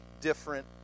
different